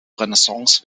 renaissance